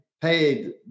paid